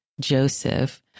Joseph